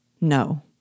No